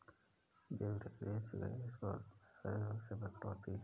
gibberellins gas पौधों में प्राकृतिक रूप से प्रकट होती है